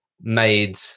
made